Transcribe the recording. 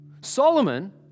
Solomon